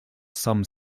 some